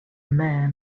man